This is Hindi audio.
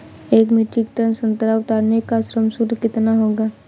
एक मीट्रिक टन संतरा उतारने का श्रम शुल्क कितना होगा?